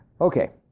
Okay